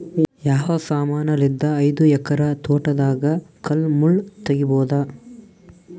ಯಾವ ಸಮಾನಲಿದ್ದ ಐದು ಎಕರ ತೋಟದಾಗ ಕಲ್ ಮುಳ್ ತಗಿಬೊದ?